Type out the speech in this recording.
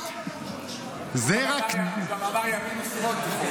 הוא הפך אותו --- הוא גם אמר "ימין ושמאול תפרֹצי".